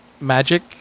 magic